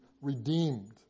redeemed